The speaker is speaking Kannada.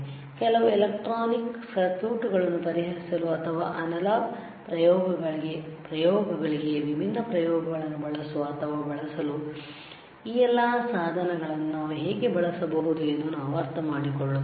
ಕೆಲವು ಎಲೆಕ್ಟ್ರಾನಿಕ್ ಸರ್ಕ್ಯೂಟ್ಗಳನ್ನು ಪರಿಹರಿಸಲು ಅಥವಾ ಅನಲಾಗ್ಪ್ರಯೋಗಗಳಿಗೆ ವಿಭಿನ್ನ ಪ್ರಯೋಗಗಳನ್ನು ಬಳಸಲು ಅಥವಾ ಬಳಸಲು ಈ ಎಲ್ಲಾ ಸಾಧನಗಳನ್ನು ನಾವು ಹೇಗೆ ಬಳಸಬಹುದು ಎಂದು ನಾವು ಅರ್ಥಮಾಡಿಕೊಳ್ಳುತ್ತೇವೆ